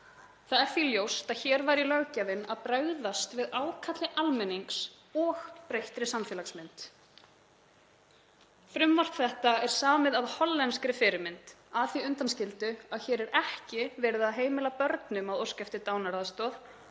Það er því ljóst að hér væri löggjafinn að bregðast við ákalli almennings og breyttri samfélagsmynd. Frumvarp þetta er samið af hollenskri fyrirmynd að því undanskildu að hér er ekki verið að heimila börnum að óska eftir dánaraðstoð